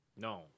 No